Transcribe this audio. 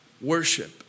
worship